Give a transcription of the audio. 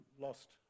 lost